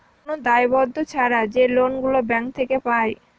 কোন দায়বদ্ধ ছাড়া যে লোন গুলো ব্যাঙ্ক থেকে পায়